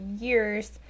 years